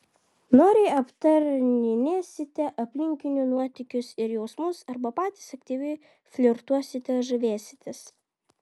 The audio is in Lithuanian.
noriai aptarinėsite aplinkinių nuotykius ir jausmus arba patys aktyviai flirtuosite žavėsitės